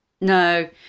No